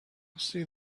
see